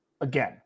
again